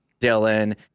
Dylan